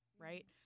right